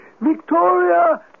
Victoria